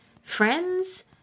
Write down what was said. Friends